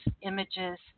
images